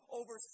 over